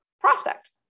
prospect